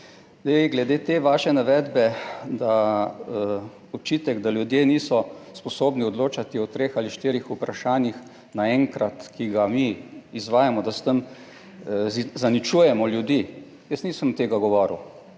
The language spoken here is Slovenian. glede te vaše navedbe, da, očitek, da ljudje niso sposobni odločati o treh ali štirih vprašanjih naenkrat, ki ga mi izvajamo, da s tem zaničujemo ljudi. Jaz nisem tega govoril,